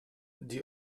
die